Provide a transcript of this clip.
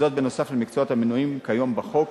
נוסף על המקצועות המנויים כיום בחוק: